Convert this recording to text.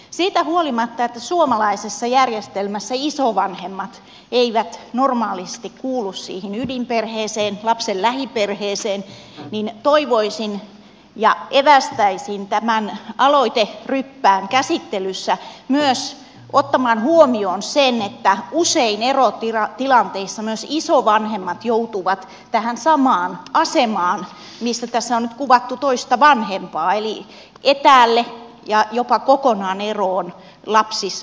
siitä huolimatta että suomalaisessa järjestelmässä isovanhemmat eivät normaalisti kuulu siihen ydinperheeseen lapsen lähiperheeseen toivoisin ja evästäisin tämän aloiteryppään käsittelyssä myös ottamaan huomioon sen että usein erotilanteissa myös isovanhemmat joutuvat tähän samaan asemaan mistä tässä on nyt kuvattu toista vanhempaa eli etäälle ja jopa kokonaan eroon lapsenlapsistaan